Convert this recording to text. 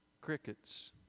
crickets